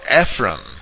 Ephraim